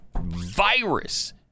virus